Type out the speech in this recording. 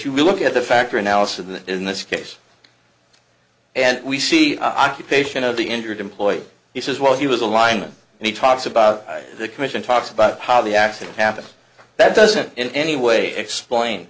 you look at the factor analysis of that in this case and we see occupation of the injured employee he says well he was a lineman and he talks about the commission talks about how the accident happened that doesn't in any way explain